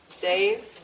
Dave